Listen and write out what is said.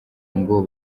ngo